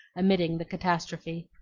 omitting the catastrophe.